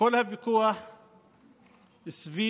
וכל הוויכוח סביב